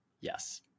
Yes